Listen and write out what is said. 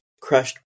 crushed